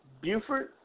Buford